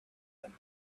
them